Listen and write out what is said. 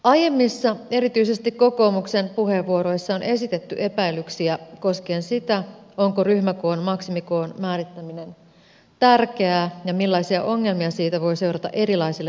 aiemmissa erityisesti kokoomuksen puheenvuoroissa on esitetty epäilyksiä koskien sitä onko ryhmäkoon maksimikoon määrittäminen tärkeää ja millaisia ongelmia siitä voi seurata erilaisille päiväkodeille